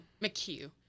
McHugh